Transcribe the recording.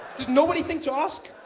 did nobody think to ask?